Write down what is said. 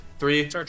Three